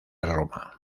roma